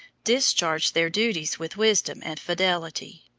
discharged their duties with wisdom and fidelity,